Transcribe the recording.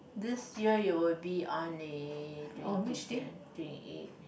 this year it will be on a twenty seven twenty eight